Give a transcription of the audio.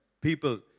People